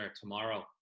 tomorrow